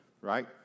right